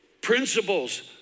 Principles